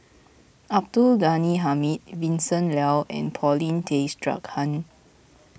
Abdul Ghani Hamid Vincent Leow and Paulin Tay Straughan